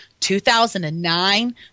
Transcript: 2009